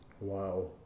Wow